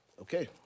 Okay